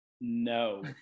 no